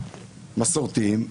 מסורתיים,